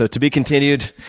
ah to be continued.